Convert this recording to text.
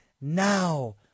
Now